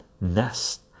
nest